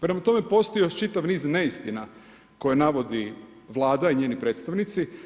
Prema tome, postoji još čitav niz neistina koje navodi Vlada i njeni predstavnici.